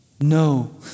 No